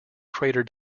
crater